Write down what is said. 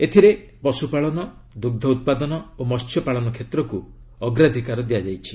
ଏଥିରେ ପଶୁପାଳନ ଦୁଗ୍ଧ ଉତ୍ପାଦନ ଓ ମହ୍ୟପାଳନ କ୍ଷେତ୍ରକୁ ଅଗ୍ରାଧିକାର ଦିଆଯାଇଛି